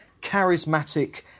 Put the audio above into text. charismatic